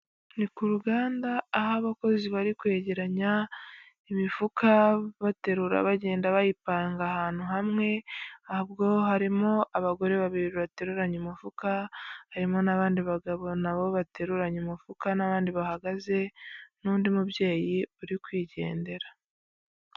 Ni ku ruganda aho abakozi bari kwegeranya imifuka, baterura bagenda bayipanga ahantu hamwe, ahubwo harimo abagore babiri bateruranye umufuka, harimo n'abandi bagabo nabo bateruranye umufuka, n'abandi bahagaze n'undi mubyeyi uri kwigendera.